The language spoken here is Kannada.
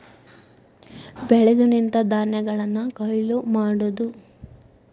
ಬೆಳೆದು ನಿಂತ ಧಾನ್ಯಗಳನ್ನ ಕೊಯ್ಲ ಮಾಡುದು